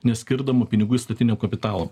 neskirdama pinigų įstatinio kapitalo